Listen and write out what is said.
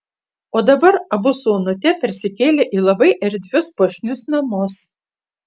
o dabar abu su onute persikėlė į labai erdvius puošnius namus